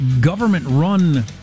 government-run